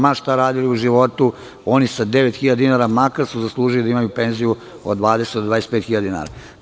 Ma šta radili u životu, oni sa 9.000 dinara makar su zaslužili da imaju penziju od 20.000 do 25.000 dinara.